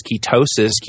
ketosis